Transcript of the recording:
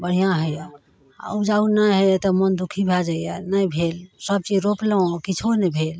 बढ़िआँ होइए आओर उपजाउ नहि होइए तऽ मोन दुखी भए जाइए नहि भेल सबचीज रोपलहुँ आओर किछु नहि भेल